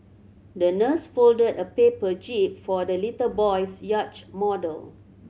the nurse folded a paper jib for the little boy's yacht model